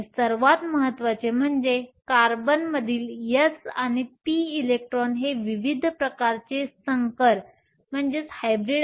आणि सर्वात महत्त्वाचे म्हणजे कार्बनमधील s आणि p इलेक्ट्रॉन हे विविध प्रकारचे संकर बनवू शकतात